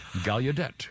Gallaudet